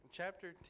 chapter